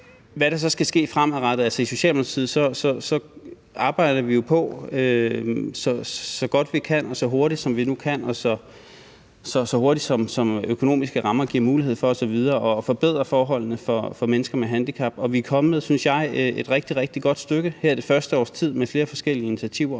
i Socialdemokratiet arbejder vi jo på, så godt vi kan, og så hurtigt, som vi nu kan, og så hurtigt, som de økonomiske rammer giver mulighed for det osv., at forbedre forholdene for mennesker med handicap, og vi er kommet, synes jeg, et rigtig, rigtig godt stykke her det første års tid med flere forskellige initiativer.